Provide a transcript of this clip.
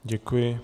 Děkuji.